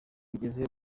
bigeze